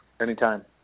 anytime